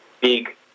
big